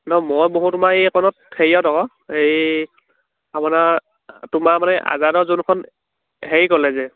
নহ্ মই বহো তোমাৰ এইকণত হেৰিয়ত আকৌ এই আপোনাৰ তোমাৰ মানে আজাদৰ যোনখন হেৰি ক'লে যে